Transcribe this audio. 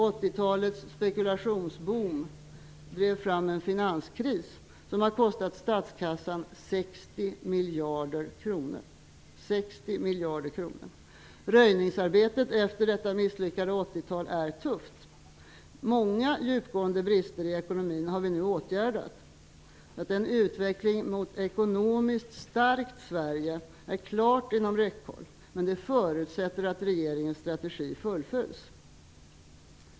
80-talets spekulationsboom drev fram en finanskris som har kostat statskassan 60 miljarder kronor. Röjningsarbetet efter detta misslyckade 80-tal är tufft. Många djupgående brister i ekonomin har vi nu åtgärdat. En utveckling mot ett ekonomiskt starkt Sverige är klart inom räckhåll. Men det förutsätter att regeringens strategi fullföljs.